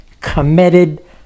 committed